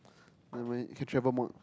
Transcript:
nevermind you can travel more